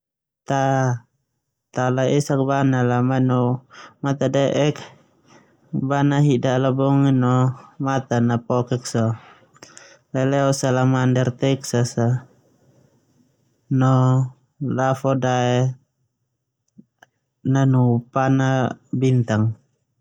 Ta, ta laesak bana la manu mata deek. Bana hida ala no matan a pokek so leleo salamnder texas no lafo dae pana bintang.